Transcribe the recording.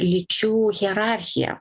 lyčių hierarchija